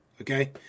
Okay